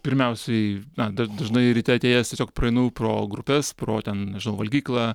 pirmiausiai na da dažnai ryte atėjęs tiesiog praeinu pro grupes pro ten nežinau valgyklą